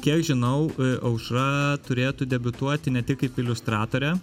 kiek žinau aušra turėtų debiutuoti ne tik kaip iliustratorė